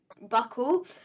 buckle